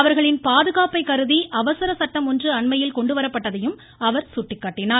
அவர்களின் பாதுகாப்பை கருதி அவசர சட்டம் ஒன்று அண்மையில் கொண்டு வரப்பட்டதையும் அவர் சுட்டிக்காட்டினார்